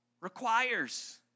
requires